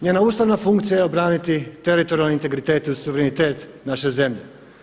Njena ustavna funkcija je obraniti teritorijalni integritet i suverenitet naše zemlje.